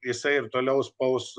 jisai ir toliau spaus